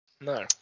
no